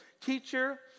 teacher